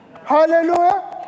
Hallelujah